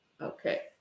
Okay